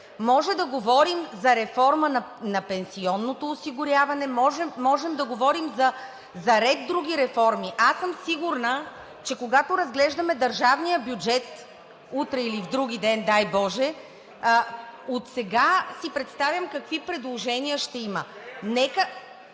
може да говорим за реформа на пенсионното осигуряване, можем да говорим за ред други реформи. Аз съм сигурна, че когато разглеждаме държавния бюджет утре или вдругиден, дай боже, отсега си представям какви предложения ще има.